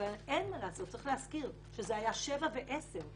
אבל אין מה לעשות צריך להזכיר שזה היה 7 ו-10.